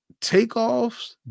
takeoffs